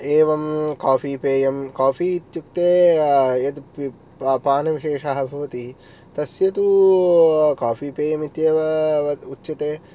एवं काफ़ि पेयं काफ़ि इत्युक्ते यद् पानविशेषः भवति तस्य तु काफ़ि पेयम् इत्येव उच्यते